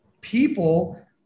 people